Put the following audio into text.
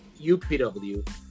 upw